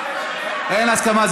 אין, אין הסכמה.